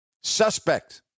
suspect